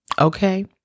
Okay